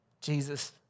Jesus